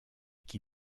qui